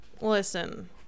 Listen